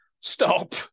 Stop